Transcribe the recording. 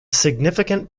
significant